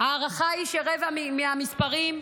ההערכה היא שרבע, במספרים,